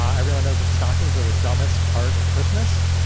ah everyone knows that stockings are the dumbest part of christmas.